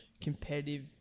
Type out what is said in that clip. competitive